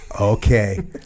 okay